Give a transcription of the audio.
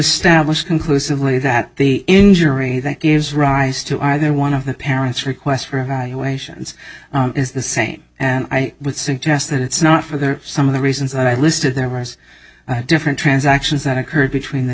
establish conclusively that the injury that gives rise to either one of the parents request for evaluations is the same and i would suggest that it's not for there some of the reasons i listed there was different transactions that occurred between the